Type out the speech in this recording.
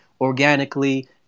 organically